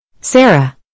Sarah